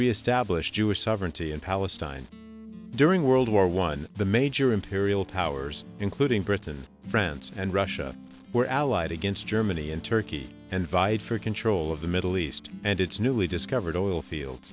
reestablish jewish sovereignty in palestine during world war one the major imperial powers including britain france and russia were allied against germany in turkey and vied for control of the middle east and its newly discovered oil fields